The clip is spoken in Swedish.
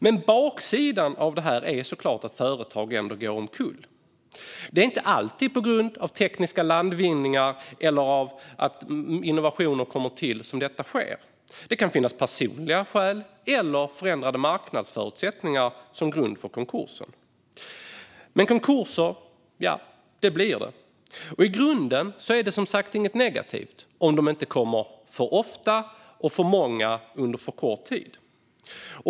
Men baksidan av detta är såklart att företag går omkull. Det är inte alltid på grund av tekniska landvinningar eller innovationer som detta sker. Där kan finnas personliga skäl eller förändrade marknadsförutsättningar som ligger till grund för konkursen. Men konkurser blir det. I grunden är det som sagt inget negativt, om de inte sker för ofta eller blir för många under kort tid.